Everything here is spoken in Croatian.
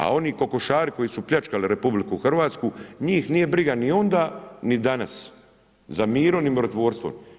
A oni kokošari koji su pljačkali RH, njih nije briga ni onda, ni danas za mir ni mirotvorstvo.